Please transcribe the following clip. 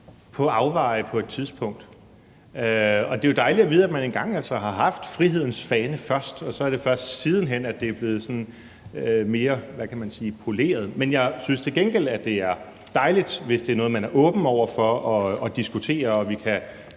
på afveje. Det er jo dejligt at vide, at man en gang har haft frihedens fane først, og at det først siden hen er blevet mere – hvad kan man sige – poleret. Men jeg synes til gengæld, det er dejligt, hvis det er noget, man er åben over for at diskutere, og at